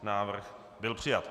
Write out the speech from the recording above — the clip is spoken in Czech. Návrh byl přijat.